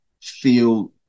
feel